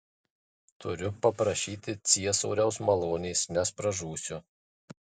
turiu paprašyti ciesoriaus malonės nes pražūsiu